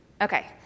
Okay